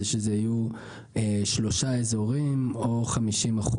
זה שיהיו שלושה אזורית או 50%,